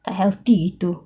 tak healthy gitu